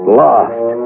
lost